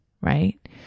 right